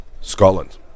Scotland